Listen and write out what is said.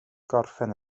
gorffen